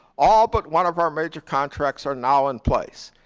all but one of our major contracts are now in place.